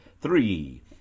Three